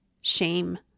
shame